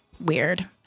weird